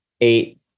eight